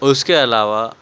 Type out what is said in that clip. اس کے علاوہ